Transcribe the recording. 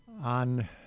on